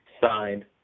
Signed